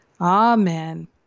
Amen